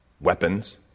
weapons